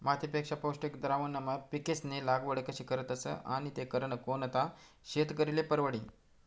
मातीपेक्षा पौष्टिक द्रावणमा पिकेस्नी लागवड कशी करतस आणि ती करनं कोणता शेतकरीले परवडी?